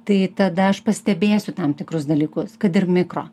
tai tada aš pastebėsiu tam tikrus dalykus kad ir mikro